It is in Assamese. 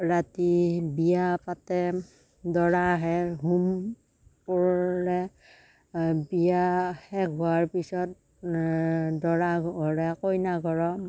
ৰাতি বিয়া পাতে দৰা আহে হোম পুৰে বিয়া শেষ হোৱাৰ পিছত দৰা ঘৰে কইনা ঘৰৰ